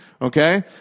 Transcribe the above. Okay